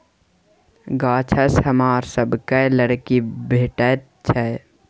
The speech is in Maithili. गाछसँ हमरा सभकए लकड़ी भेटैत छै